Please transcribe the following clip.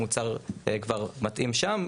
המוצר כבר מתאים שם.